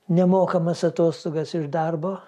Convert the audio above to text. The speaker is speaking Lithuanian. nemokamas atostogas iš darbo